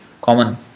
common